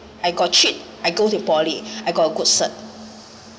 I got cheat I go to poly I got a good cert